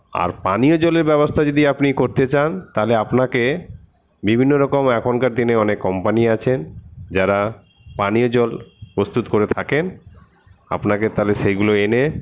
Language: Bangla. আর পানীয় জলের ব্যবস্থা যদি আপনি করতে চান তাহলে আপনাকে বিভিন্নরকম এখকার দিনে অনেক কম্পানি আছেন যারা পানীয় জল প্রস্তুত করে থাকেন আপনাকে তাহলে সেগুলো এনে